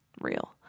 real